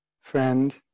friend